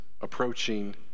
approaching